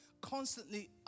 constantly